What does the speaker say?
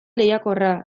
lehiakorra